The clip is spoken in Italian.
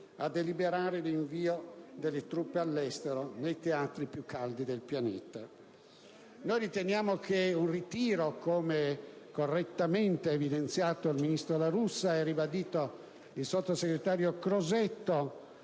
a deliberare l'invio delle truppe all'estero nei teatri più caldi del pianeta. Noi riteniamo che un ritiro, come correttamente evidenziato dal ministro La Russa e ribadito dal sottosegretario Crosetto,